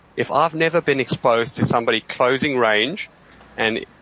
if i've never been exposed to somebody closing range and